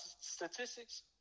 statistics